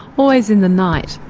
always in the night,